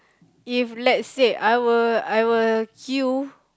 if let's say I were I were queue